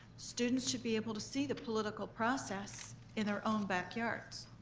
students should be able to see the political process in their own backyards.